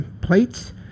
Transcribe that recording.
plates